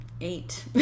eight